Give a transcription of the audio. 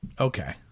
Okay